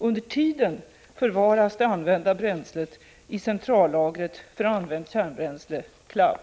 Under tiden förvaras det använda bränslet i centrallagret för använt kärnbränsle, CLAB.